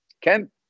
Ken